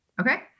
Okay